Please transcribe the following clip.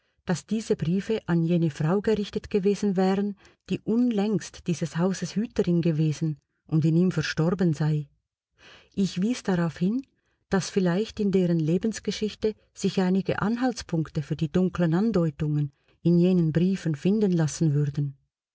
daß diese briefe an jene frau gerichtet gewesen wären die unlängst dieses hauses hüterin gewesen und in ihm verstorben sei ich wies darauf hin daß vielleicht in deren lebensgeschichte sich einige anhaltspunkte für die dunklen andeutungen in jenen briefen finden lassen würden